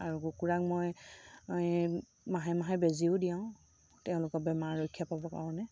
আৰু কুকুৰাক মই মাহে মাহে বেজীও দিয়াওঁ তেওঁলোকৰ বেমাৰ ৰক্ষা পাবৰ কাৰণে